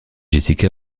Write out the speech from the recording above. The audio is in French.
jessica